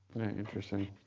Interesting